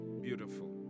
beautiful